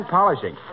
polishing